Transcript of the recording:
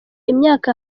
imyaka